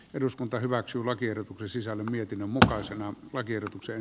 eduskunta hyväksyi lakiehdotuksen sisällön vietin mutkaisen lakiehdotuksen